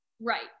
Right